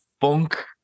funk